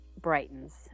brightens